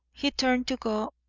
he turned to go,